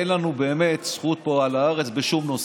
אין לנו באמת זכות פה על הארץ בשום נושא,